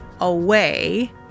away